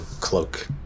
cloak